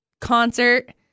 concert